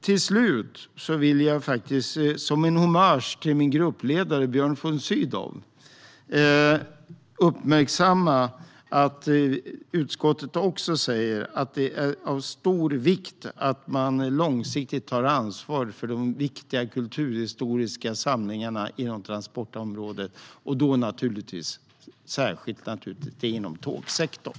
Till slut vill jag som en hommage till min gruppledare Björn von Sydow uppmärksamma att utskottet också säger att det är av stor vikt att man långsiktigt tar ansvar för de viktiga kulturhistoriska samlingarna inom transportområdet, och då naturligtvis särskilt inom tågsektorn.